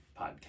podcast